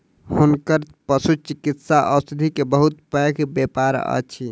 हुनकर पशुचिकित्सा औषधि के बहुत पैघ व्यापार अछि